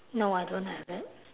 no I don't have it